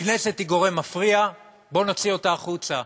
הכנסת היא גורם מפריע, בואו נוציא אותה החוצה.